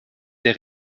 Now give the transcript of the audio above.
der